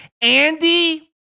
Andy